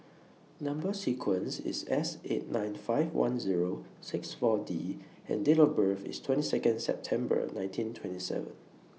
Number sequence IS S eight nine five one Zero six four D and Date of birth IS twenty Second September nineteen twenty seven